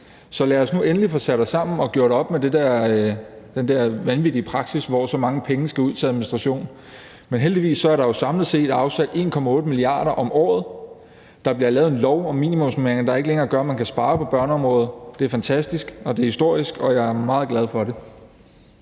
Så lad os nu endelig få sat os sammen og gjort op med den der vanvittige praksis, hvor så mange penge skal ud til administration. Men heldigvis er der jo samlet set afsat 1,8 mia. kr. om året, og der bliver lavet en lov om minimumsnormeringer, der gør, at man ikke længere kan spare på børneområdet. Det er fantastisk, og det er historisk, og jeg er meget glad for det.